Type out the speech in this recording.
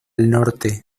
norte